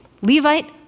Levite